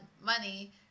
money